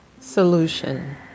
Solution